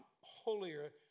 holier